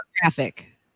graphic